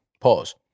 Pause